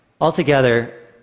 Altogether